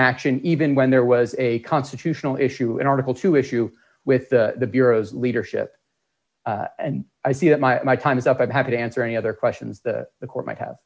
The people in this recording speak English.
action even when there was a constitutional issue in article two issue with the bureau's leadership and i think that my time is up i'm happy to answer any other questions that the court might have